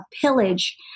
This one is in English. pillage